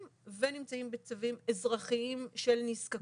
ונמצאים בצווים אזרחיים של נזקקות.